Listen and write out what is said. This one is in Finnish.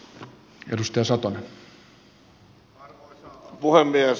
arvoisa puhemies